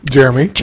Jeremy